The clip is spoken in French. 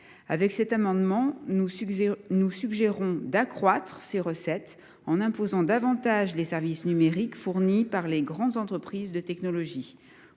Par cet amendement, nous suggérons d’accroître ces recettes en imposant davantage les services numériques fournis par les grandes entreprises de technologie.